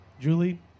Julie